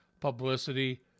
publicity